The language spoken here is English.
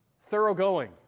thoroughgoing